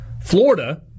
Florida